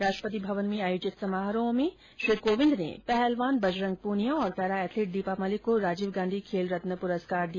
राष्ट्रपति भवन में आयोजित समारोह में राष्ट्रपति ने पहलवान बजरंग पूनिया और पैरा एथलीट दीपा मलिक को राजीव गांधी खेल रत्न पुरस्कार प्रदान किया